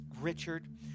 Richard